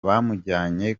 bamujyanye